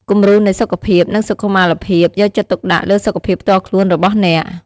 គំរូនៃសុខភាព និងសុខុមាលភាពយកចិត្តទុកដាក់លើសុខភាពផ្ទាល់ខ្លួនរបស់អ្នក។